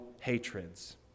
hatreds